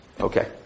Okay